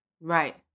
Right